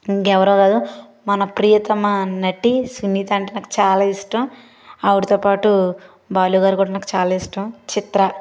ఇంక ఎవరో కాదు మన ప్రియతమా నటి సునీత అంటే నాకు చాలా ఇష్టం ఆవిడతో పాటు బాలు గారు కూడా నాకు చాలా ఇష్టం చిత్ర